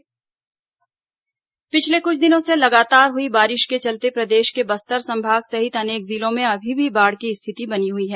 बारिश सर्वे पिछले कुछ दिनों से लगातार हुई बारिश के चलते प्रदेश के बस्तर संभाग सहित अनेक जिलों में अभी भी बाढ़ की स्थिति बनी हुई है